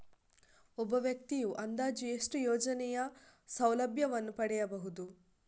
ಒಬ್ಬ ವ್ಯಕ್ತಿಯು ಅಂದಾಜು ಎಷ್ಟು ಯೋಜನೆಯ ಸೌಲಭ್ಯವನ್ನು ಪಡೆಯಬಹುದು?